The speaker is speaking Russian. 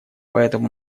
поэтому